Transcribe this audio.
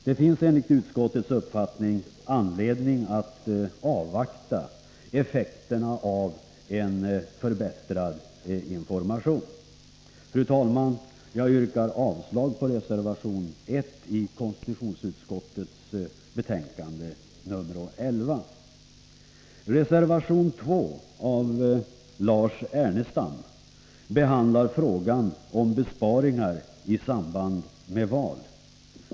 Det finns enligt utskottets uppfattning anledning att avvakta effekterna av en förbättrad information. Jag yrkar därför, fru talman, avslag på reservation 1 i detta konstitutionsutskottets betänkande. Reservation 2 av Lars Ernestam behandlar frågan om besparingar i samband med val.